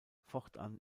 fortan